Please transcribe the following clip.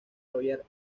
royal